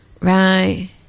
right